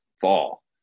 fall